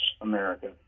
America